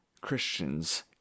Christians